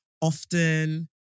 often